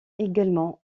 également